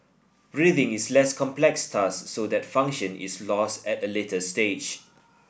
breathing is less complex task so that function is lost at a later stage